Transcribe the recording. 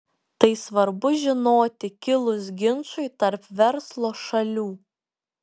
tai svarbu žinoti kilus ginčui tarp verslo šalių